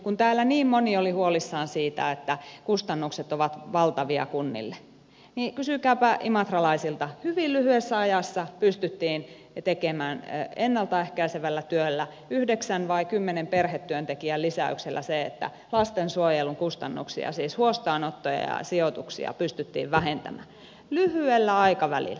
kun täällä niin moni oli huolissaan siitä että kustannukset ovat valtavia kunnille niin kysykääpä imatralaisilta hyvin lyhyessä ajassa pystyttiin tekemään ennalta ehkäisevällä työllä yhdeksän vai kymmenen perhetyöntekijän lisäyksellä se että lastensuojelun kustannuksia siis huostaanottoja ja sijoituksia pystyttiin vähentämään lyhyellä aikavälillä